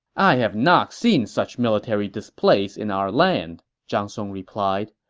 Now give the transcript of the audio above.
i have not seen such military displays in our land, zhang song replied.